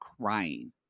crying